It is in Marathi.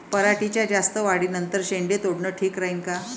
पराटीच्या जास्त वाढी नंतर शेंडे तोडनं ठीक राहीन का?